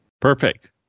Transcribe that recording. Perfect